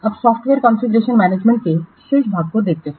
अब software configuration management management के शेष भाग को देखते हैं